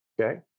okay